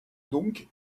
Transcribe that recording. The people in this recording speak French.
donc